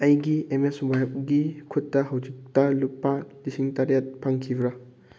ꯑꯩꯒꯤ ꯑꯦꯝ ꯃꯦꯁ ꯋꯥꯏꯞꯀꯤ ꯈꯨꯠꯇ ꯍꯧꯖꯤꯛꯇ ꯂꯨꯄꯥ ꯂꯤꯁꯤꯡ ꯇꯔꯦꯠ ꯐꯪꯈꯤꯕ꯭ꯔꯥ